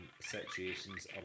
situations